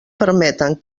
permeten